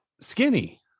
skinny